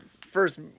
first